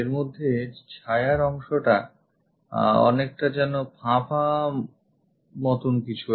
এরমধ্যে ছায়ার অংশটা অনেকটা যেন ফাঁপা মতন একটা কিছু